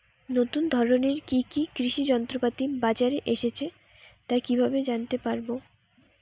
নতুন ধরনের কি কি কৃষি যন্ত্রপাতি বাজারে এসেছে তা কিভাবে জানতেপারব?